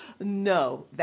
No